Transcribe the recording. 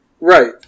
right